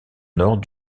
nord